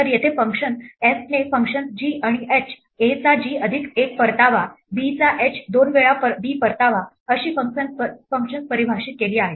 तर येथे function f ने फंक्शन्स g आणि h a चा g अधिक 1 परतावा b चा h दोन वेळा b परतावा अशी फंक्शन्स परिभाषित केली आहेत